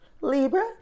Libra